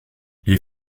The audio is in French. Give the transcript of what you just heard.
les